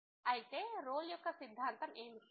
అయితే రోల్ యొక్క సిద్ధాంతం ఏమిటి